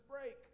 break